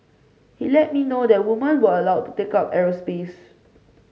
he let me know that women were allowed to take up aerospace